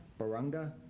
Barunga